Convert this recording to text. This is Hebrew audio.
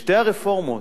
שתי הרפורמות,